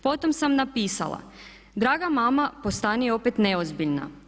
Potom sam napisala: „Draga mama“ postani opet neozbiljna!